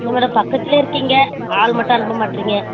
என்ன மேடம் பக்கத்திலே இருக்கீங்க ஆள் மட்டும் அனுப்பமாட்டேறீங்க